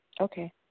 Okay